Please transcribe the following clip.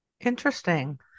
Interesting